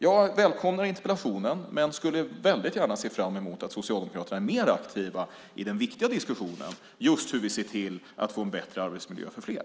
Jag välkomnar interpellationen men skulle väldigt gärna se att Socialdemokraterna är mer aktiva i den viktiga diskussionen just om hur vi ser till att få en bättre arbetsmiljö för fler.